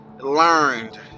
learned